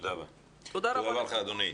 תודה לך אדוני.